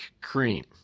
cream